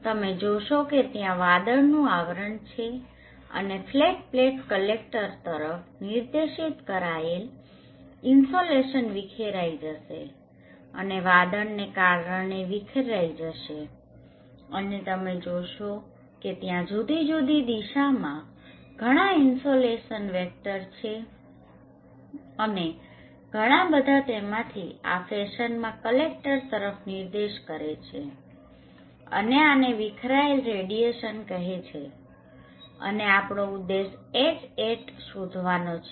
તમે જોશો કે ત્યાં વાદળનુ આવરણ છે અને ફ્લેટ પ્લેટ કલેક્ટર તરફ નિર્દેશિત કરાયેલ ઇન્સોલેશન વિખેરાઈ જશે અને વાદળને કારણે વિખરાય પણ જશે અને તમે જોશો કે ત્યાં જુદી જુદી દિશામાં ઘણાં ઇન્સોલેશન વેક્ટર્સ છે અને ઘણા બધા તેમાંથી આ ફેશનમાં કલેક્ટર તરફ નિર્દેશ કરે છે અને આને વીખરાયેલ રેડિયેશન કહેવામાં આવે છે અને આપણો ઉદ્દેશ Hat શોધવાનો છે